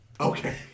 Okay